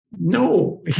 no